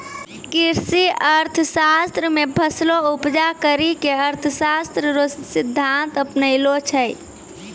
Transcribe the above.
कृषि अर्थशास्त्र मे फसलो उपजा करी के अर्थशास्त्र रो सिद्धान्त अपनैलो छै